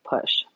push